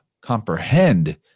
comprehend